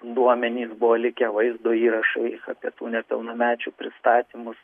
duomenys buvo likę vaizdo įrašai apie tų nepilnamečių pristatymus